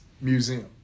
museum